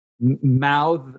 mouth